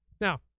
Now